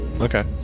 Okay